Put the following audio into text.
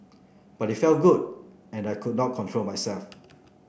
but it felt good and I could not control myself